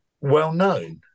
well-known